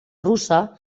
russa